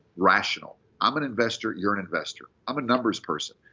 rational. i'm an investor. you're an investor. i'm a numbers person.